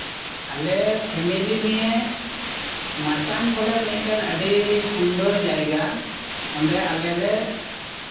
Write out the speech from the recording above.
ᱟᱞᱮ ᱯᱷᱮᱢᱤᱞᱤ ᱱᱤᱭᱮ ᱢᱟᱪᱟᱱ ᱵᱚᱞᱮ ᱢᱤᱫᱴᱮᱱ ᱟᱹᱰᱤ ᱥᱩᱱᱫᱚᱨ ᱡᱟᱭᱜᱟ ᱚᱸᱰᱮ ᱟᱞᱮ ᱞᱮ